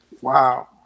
Wow